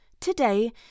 today